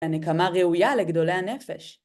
הנקמה ראויה לגדולי הנפש.